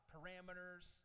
Parameters